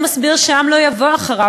הוא מסביר שהעם לא יבוא אחריו,